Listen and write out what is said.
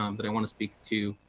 um that i want to speak to,